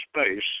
space